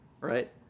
right